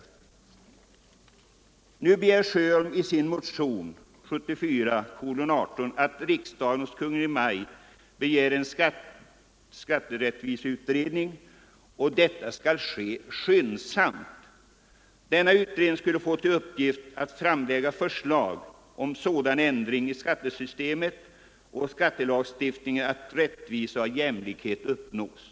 Herr Sjöholm hemställer i sin motion nr 18 år 1974 att riksdagen hos Kungl. Maj:t begär en skatterättviseutredning och att denna tillsätts skyndsamt. Utredningen skulle få till uppgift att framlägga förslag om sådan ändring i skattesystemet och skattelagstiftningen att rättvisa och jämlikhet uppnås.